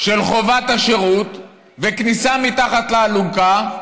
של חובת השרות וכניסה מתחת לאלונקה,